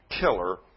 killer